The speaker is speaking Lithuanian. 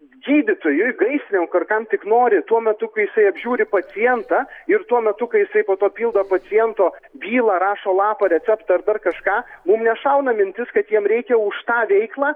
gydytojui gaisrininkui ar kam tik nori tuo metu kai jisai apžiūri pacientą ir tuo metu kai jisai po to pildo paciento bylą rašo lapą receptą ar dar kažką mum nešauna mintis kad jam reikia už tą veiklą